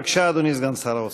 בבקשה, אדוני סגן שר האוצר.